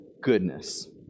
goodness